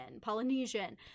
polynesian